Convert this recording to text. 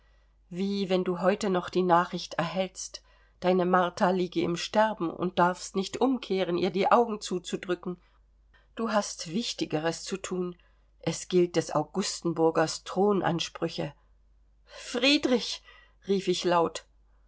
wie wenn du heute noch die nachricht erhältst deine martha liege im sterben und darfst nicht umkehren ihr die augen zuzudrücken du hast wichtigeres zu thun es gilt des augustenburgers thronansprüche friedrich rief ich laut